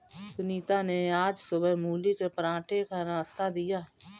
सुनीता ने आज सुबह मूली के पराठे का नाश्ता दिया